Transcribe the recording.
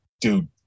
dude